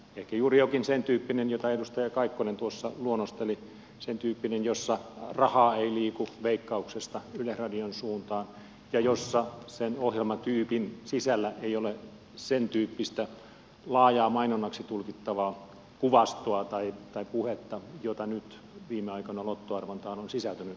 ehkä juuri jokin sentyyppinen jota edustaja kaikkonen tuossa luonnosteli sen tyyppinen jossa rahaa ei liiku veikkauksesta yleisradion suuntaan ja jossa ohjelmatyypin sisällä ei ole sentyyppistä laajaa mainonnaksi tulkittavaa kuvastoa tai puhetta jota nyt viime aikoina lottoarvontaan on sisältynyt ylen kanavilla